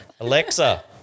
Alexa